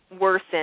worsen